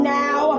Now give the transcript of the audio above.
now